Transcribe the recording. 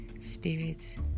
spirits